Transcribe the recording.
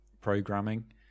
programming